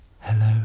Hello